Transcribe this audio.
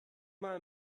mal